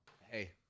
Hey